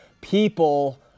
people